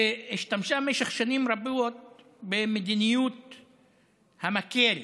השתמשה במשך שנים רבות במדיניות המקל,